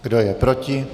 Kdo je proti?